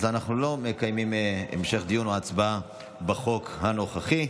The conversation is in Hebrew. ואנחנו לא מקיימים המשך דיון או הצבעה בחוק הנוכחי.